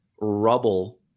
rubble